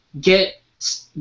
get